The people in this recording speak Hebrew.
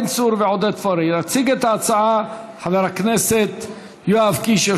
יציג את ההצעה חבר הכנסת יואב קיש,